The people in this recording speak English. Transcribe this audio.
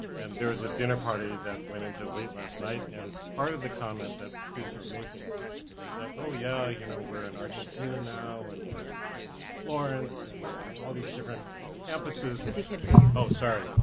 and there is a dinner party that went into late last night, and part of the comment that students were making was that, oh yeah, you know, we're in argentina now, and we're in florence, and we're in all these different campuses, they can't hear you. oh, sorry.